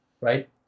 Right